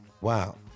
Wow